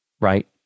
right